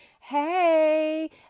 hey